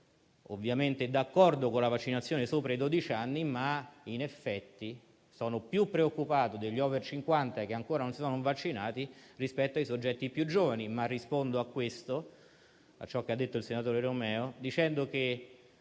Sono ovviamente d'accordo con la vaccinazione sopra i dodici anni, ma in effetti sono più preoccupato per gli over 50 che ancora non sono vaccinati rispetto ai soggetti più giovani. Tuttavia rispondo a ciò che ha detto il senatore Romeo dicendo che,